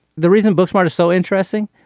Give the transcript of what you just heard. the reason book smart is so interesting.